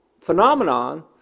phenomenon